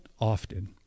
often